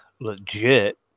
legit